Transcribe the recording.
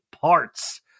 parts